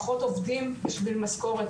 פחות עובדים בשביל משכורת,